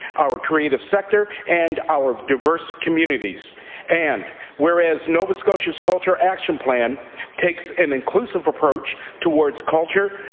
our creative sector, and our diverse communities and whereas nova scotia's culture action plan takes an inclusive approach towards culture,